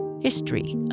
History